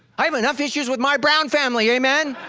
i have enough issues with my brown family, amen?